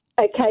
Okay